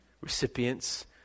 Recipients